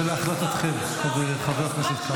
זה להחלטתכם, חבר הכנסת כץ.